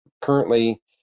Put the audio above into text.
currently